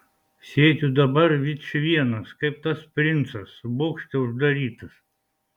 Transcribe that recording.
sėdžiu dabar vičvienas kaip tas princas bokšte uždarytas